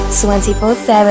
24-7